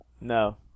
No